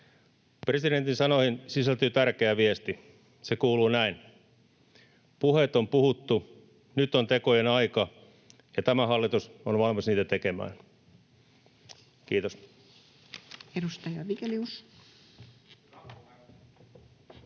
presidentin sanoihin sisältyy tärkeä viesti. Se kuuluu näin: puheet on puhuttu, nyt on tekojen aika, ja tämä hallitus on valmis niitä tekemään. — Kiitos.